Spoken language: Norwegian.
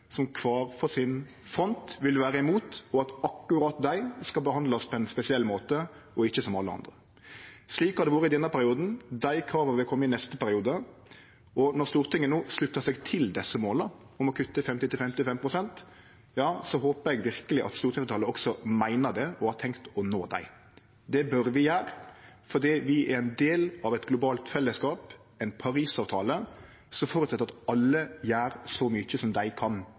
som kvar på sin front vil vere imot og meine at akkurat dei skal verte behandla på ein spesiell måte og ikkje som alle andre. Slik har det vore i denne perioden, dei krava vil kome i neste periode, og når Stortinget no sluttar seg til desse måla om å kutta 50–55 pst., håper eg verkeleg at stortingsfleirtalet også meiner det og har tenkt å nå dei. Det bør vi gjere, fordi vi er ein del av eit globalt fellesskap, ein del av ein Parisavtale som føreset at alle gjer så mykje som dei kan